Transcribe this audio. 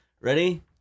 Ready